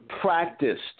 practiced